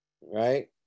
Right